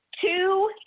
two